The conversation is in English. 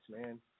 man